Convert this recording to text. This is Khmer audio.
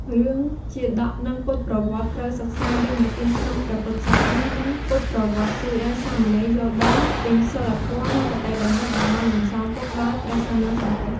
រឿងជាតក និងពុទ្ធប្រវត្តិ ត្រូវសិក្សារឿងនិទានក្នុងព្រះពុទ្ធសាសនា និងពុទ្ធប្រវត្តិជួយឱ្យសាមណេរយល់ដឹងពីសីលធម៌ និងគតិបណ្ឌិតដែលបានបន្សល់ទុកដោយព្រះសម្មាសម្ពុទ្ធ។